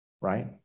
right